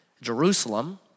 Jerusalem